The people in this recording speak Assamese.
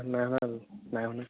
নাই হোৱা নাই হোৱা নহয়